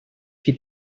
qui